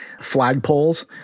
flagpoles